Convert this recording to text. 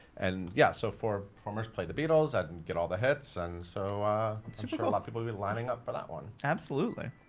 and yeah so four performers play the beatles and get all the hits. and so so sure a lot people be lining up for that one. absolutely